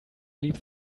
leave